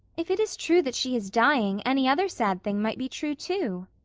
if it is true that she is dying any other sad thing might be true, too.